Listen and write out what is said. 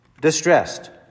distressed